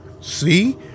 See